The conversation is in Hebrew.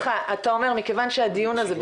אתה אומר מכיוון שהדיון הזה,